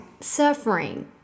suffering